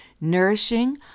nourishing